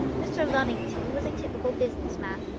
mr. luddington was a typical business man,